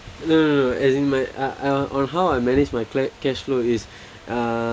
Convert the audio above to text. no no no as in my uh ah on how I manage my cla~ cash flow is uh